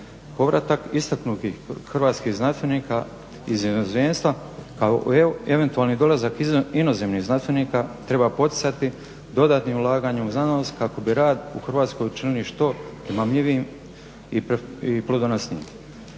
Povratak istaknutih hrvatskih znanstvenika iz inozemstva kao i eventualni dolazak inozemnih znanstvenika treba poticati dodatnim ulaganjem u znanost kako bi rad u Hrvatskoj učinili što primamljivijim i plodonosnijim.